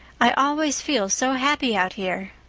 i always feel so happy out here.